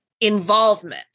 involvement